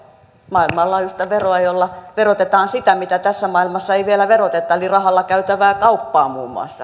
maailmanlaajuista veroa jolla verotetaan sitä mitä tässä maailmassa ei vielä veroteta eli rahalla käytävää kauppaa muun muassa se